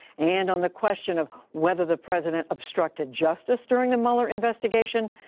and on the question of whether the president obstructed justice during the mueller investigation,